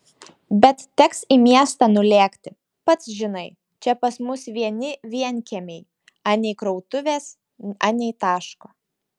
bet teks į miestą nulėkti pats žinai čia pas mus vieni vienkiemiai anei krautuvės anei taško